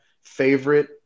favorite